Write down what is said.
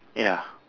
ya